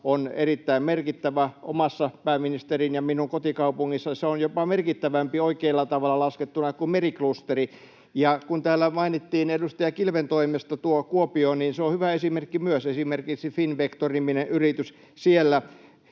on erittäin merkittävä. Omassa, pääministerin ja minun, kotikaupungissani se on jopa merkittävämpi oikealla tavalla laskettuna kuin meriklusteri. Ja kun täällä mainittiin edustaja Kilven toimesta tuo Kuopio, niin se on hyvä esimerkki myös, esimerkiksi FinVector-niminen yritys siellä.